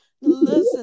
Listen